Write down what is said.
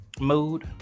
mood